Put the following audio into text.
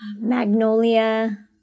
magnolia